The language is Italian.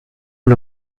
una